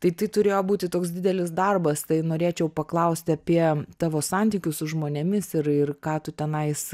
tai tai turėjo būti toks didelis darbas tai norėčiau paklausti apie tavo santykius su žmonėmis ir ir ką tu tenais